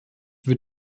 wird